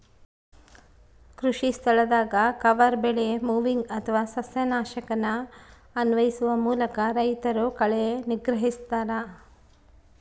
ಕೃಷಿಸ್ಥಳದಾಗ ಕವರ್ ಬೆಳೆ ಮೊವಿಂಗ್ ಅಥವಾ ಸಸ್ಯನಾಶಕನ ಅನ್ವಯಿಸುವ ಮೂಲಕ ರೈತರು ಕಳೆ ನಿಗ್ರಹಿಸ್ತರ